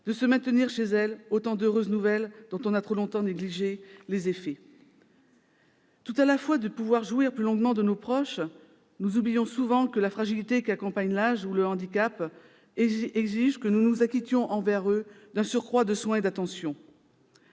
de se maintenir chez elles : autant d'heureuses tendances dont on a trop longtemps négligé les effets. Tout à la joie de pouvoir jouir plus longuement de nos proches, nous oublions souvent que la fragilité qui accompagne l'âge ou le handicap exige que nous nous acquittions envers eux d'un surcroît de soins et d'attention.